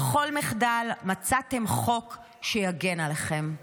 לכל מחדל מצאתם חוק שיגן עליכם.